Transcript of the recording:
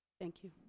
thank you.